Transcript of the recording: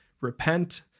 repent